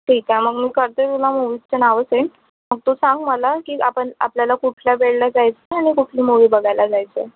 ठीक आहे मग मी करते तुला मुव्हीजचं नावं सेंड मग तू सांग मला की आपण आपल्याला कुठल्या वेळेला जायचं आहे आणि कुठली मूव्ही बघायला जायचं आहे